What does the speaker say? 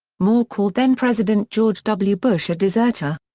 moore called then-president george w. bush a deserter.